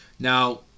Now